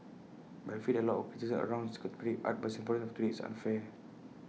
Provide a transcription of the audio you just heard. but I feel that A lot of the criticism around contemporary art by Singaporeans today is unfair